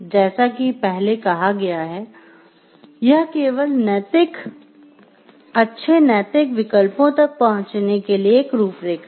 जैसा कि पहले कहा गया है यह केवल अच्छे नैतिक विकल्पों तक पहुंचने के लिए एक रूपरेखा है